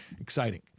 exciting